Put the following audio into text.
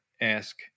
ask